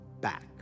back